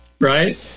Right